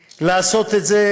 לעשות את זה,